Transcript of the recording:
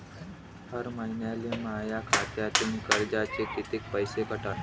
हर महिन्याले माह्या खात्यातून कर्जाचे कितीक पैसे कटन?